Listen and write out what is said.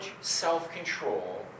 self-control